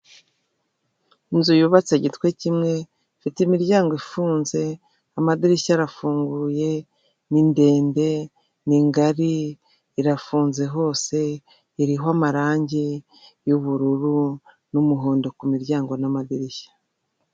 Inzu yubatse igitwe kimwe ifite imiryango ifunze amadirishya arafunguye, ni ndende ni ngari irafunze hose, iriho amarangi y'ubururu n'umuhondo kumiryango n'amadirishya.